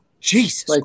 Jesus